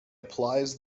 applies